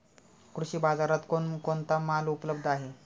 कृषी बाजारात कोण कोणता माल उपलब्ध आहे?